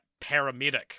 paramedic